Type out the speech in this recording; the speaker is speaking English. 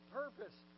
purpose